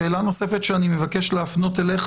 שאלה נוספת שאני מבקש להפנות אליך,